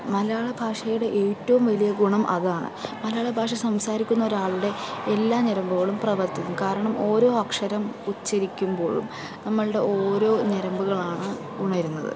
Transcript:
മലയാള ഭാഷയുടെ ഏറ്റവും വലിയ ഗുണം അതാണ് മലയാള ഭാഷ സംസാരിക്കുന്ന ഒരാളുടെ എല്ലാ ഞരമ്പുകളും പ്രവർത്തിക്കും കാരണം ഓരോ അക്ഷരം ഉച്ഛരിക്കുമ്പോഴും നമ്മളുടെ ഓരോ ഞരമ്പുകളാണ് ഉണരുന്നത്